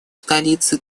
столице